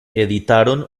editaron